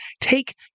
take